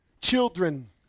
children